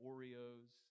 Oreos